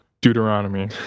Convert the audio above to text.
Deuteronomy